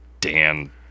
Dan